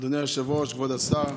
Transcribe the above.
אדוני היושב-ראש, כבוד השר,